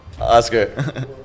Oscar